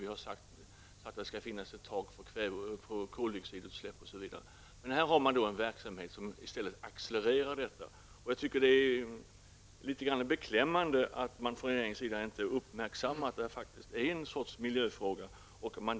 Vi har sagt att det skall finnas ett tak för koldioxidutsläpp osv. Här har man då en verksamhet som i stället accelererar detta. Jag tycker att det är litet beklämmande att man från regeringens sida inte har uppmärksammat det. Det här är en sorts miljöfråga.